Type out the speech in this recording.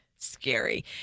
Scary